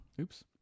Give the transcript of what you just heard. Oops